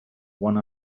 one